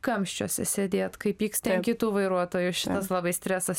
kamščiuose sėdėt kai pyksti ant kitų vairuotojų šitas labai stresas